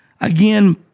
Again